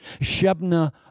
Shebna